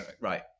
right